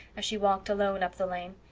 as she walked alone up the lane.